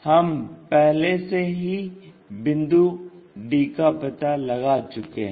हम पहले से ही बिंदु d का पता लगा चुके हैं